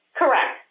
correct